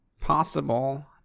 possible